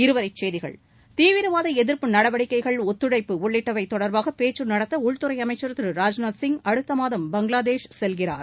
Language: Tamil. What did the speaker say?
இருவரி செய்திகள் தீவிரவாத எதிர்ப்பு நடவடிக்கைகள் ஒத்துழைப்பு உள்ளிட்டவை தொடர்பாக பேச்சு நடத்த உள்துறை அமைச்சர் திரு ராஜ்நாத் சிங் அடுத்த மாதம் பங்களாதேஷ் செல்கிறார்